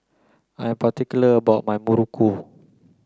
I'm particular about my Muruku